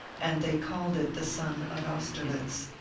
and they called it the sun of austerlitz.